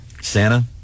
Santa